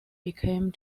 became